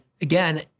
again